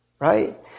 right